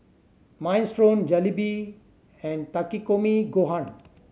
Minestrone Jalebi and Takikomi Gohan